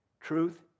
Truth